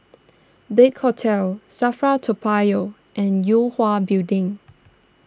Big Hotel Safra Toa Payoh and Yue Hwa Building